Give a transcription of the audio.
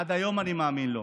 עד היום אני מאמין לו.